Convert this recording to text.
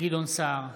גדעון סער,